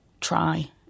try